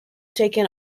taken